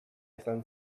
izan